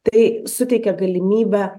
tai suteikia galimybę